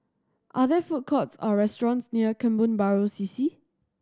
are there food courts or restaurants near Kebun Baru C C